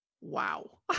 wow